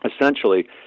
essentially